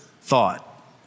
thought